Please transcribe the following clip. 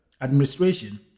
administration